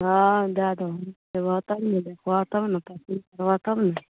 हँ दए देबऽ एबहऽ तब ने देखबहऽ तब ने पसन्द करबहऽ तब ने